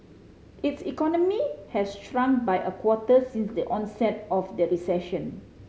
its economy has shrunk by a quarter since the onset of the recession